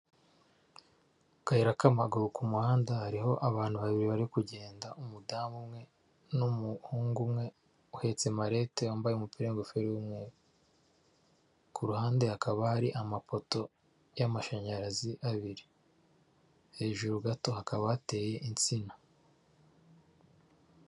Mu kayira k'amaguru ku muhanda hariho abantu babiri bari kugenda, umudamu umwe n'umuhungu umwe uhetse marete wambaye umupira n'ingofero, ku ruhande hakaba hari amapoto y'amashanyarazi abiri, hejuru gato hakaba hateye insina.